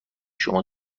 شما